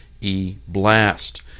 e-blast